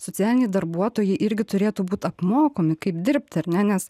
socialiniai darbuotojai irgi turėtų būt apmokomi kaip dirbti ar ne nes